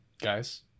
Guys